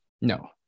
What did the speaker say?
No